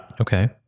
okay